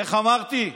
איך אמרתי?